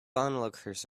onlookers